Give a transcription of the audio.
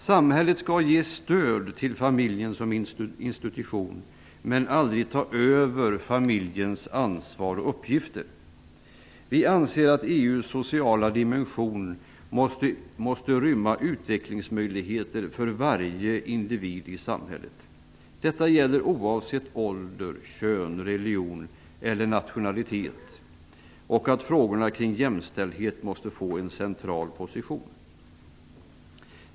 Samhället skall ge stöd till familjen som institution men aldrig ta över familjens ansvar och uppgifter. Vi anser att EU:s sociala dimension måste rymma utvecklingsmöjligheter för varje individ i samhället. Detta gäller oavsett ålder, kön, religion eller nationalitet, och frågona kring jämställdhet måste få en central position.